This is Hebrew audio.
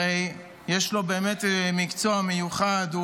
הרי יש לו באמת מקצוע מיוחד,